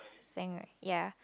thing right ya